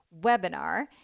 webinar